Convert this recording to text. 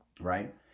right